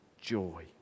joy